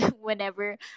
whenever